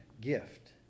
gift